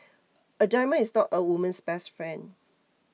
a diamond is not a woman's best friend